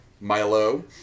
Milo